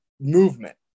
movement